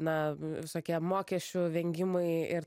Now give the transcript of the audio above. na visokie mokesčių vengimai ir